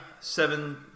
seven